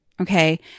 Okay